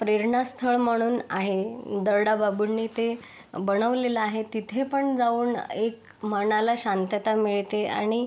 प्रेरणास्थळ म्हणून आहे दर्डाबाबूंनी ते बनवलेलं आहे तिथे पण जाऊन एक मनाला शांतता मिळते आणि